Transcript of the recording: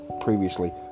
previously